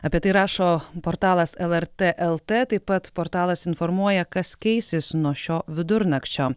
apie tai rašo portalas lrt lt taip pat portalas informuoja kas keisis nuo šio vidurnakčio